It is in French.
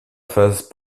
phase